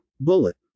Bullet